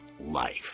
life